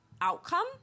outcome